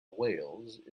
whales